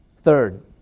Third